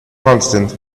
constant